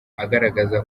agaragaza